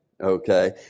Okay